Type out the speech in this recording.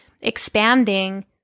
expanding